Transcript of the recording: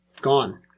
gone